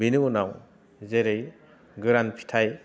बिनि उनाव जेरै गोरान फिथाइ